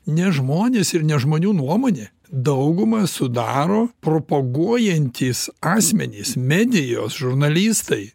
ne žmonės ir ne žmonių nuomonė daugumą sudaro propaguojantys asmenys medijos žurnalistai